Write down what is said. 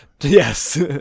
Yes